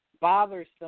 bothersome